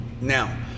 Now